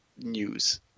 news